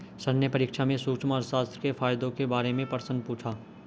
sir ने परीक्षा में सूक्ष्म अर्थशास्त्र के फायदों के बारे में प्रश्न पूछा